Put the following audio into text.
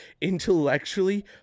intellectually